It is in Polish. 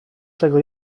czego